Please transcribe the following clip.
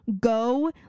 go